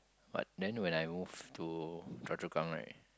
but then when I move to Choa-Chu-Kang right